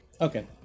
Okay